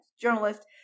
journalist